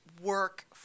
work –